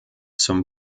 zum